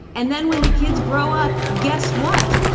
and then when the kids grow up, guess what?